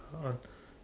uh